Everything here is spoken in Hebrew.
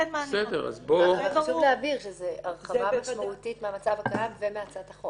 זו הרחבה משמעותית מהמצב הקיים ומהצעת החוק.